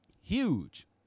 Huge